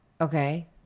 Okay